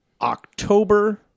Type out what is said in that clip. October